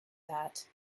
that